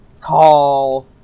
tall